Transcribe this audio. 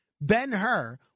Ben-Hur